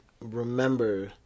remember